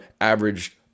averaged